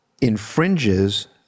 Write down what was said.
infringes